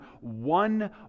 one